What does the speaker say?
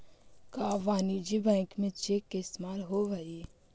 का वाणिज्य बैंक में चेक के इस्तेमाल होब हई?